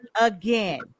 again